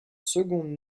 secondes